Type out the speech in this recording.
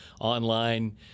online